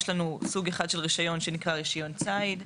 יש לנו סוג אחד של רישיון שנקרא רישיון ציד.